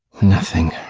nothing.